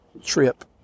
trip